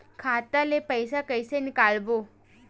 खाता ले पईसा कइसे निकालबो?